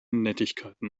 nettigkeiten